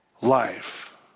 life